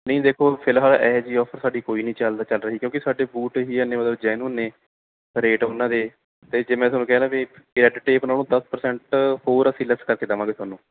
ਨਹੀਂ ਦੇਖੋ ਫ਼ਿਲਹਾਲ ਇਹੋ ਜਿਹੀ ਆਫਰ ਸਾਡੀ ਕੋਈ ਨਹੀਂ ਚੱਲਦਾ ਚੱਲ ਰਹੀ ਕਿਉਂਕਿ ਸਾਡੇ ਬੂਟ ਇਹੀ ਨੇ ਮਤਲਬ ਜੈਨੂਅਨ ਨੇ ਰੇਟ ਉਹਨਾਂ ਦੇ ਅਤੇ ਜੇ ਮੈਂ ਤੁਹਾਨੂੰ ਕਿਹਾ ਨਾ ਬਈ ਰੈੱਡ ਟੇਪ ਨਾਲੋਂ ਦਸ ਪ੍ਰਸੈਂਟ ਹੋਰ ਅਸੀਂ ਲੈਸ ਕਰਕੇ ਦੇਵਾਂਗੇ ਤੁਹਾਨੂੰ